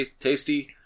tasty